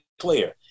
player